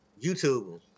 YouTube